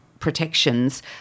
protections